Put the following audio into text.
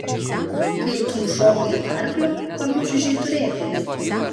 kai tu užšokai ant arklio ar nučiuožei turėklais